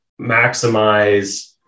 maximize